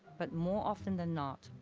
but more often than not,